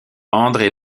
andré